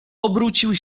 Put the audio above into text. obrócił